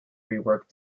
reworked